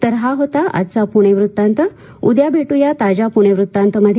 तर हा होता आजचा पुणे वृत्तांत उद्या पुन्हा भेटू ताज्या पुणे वृत्तांतमध्ये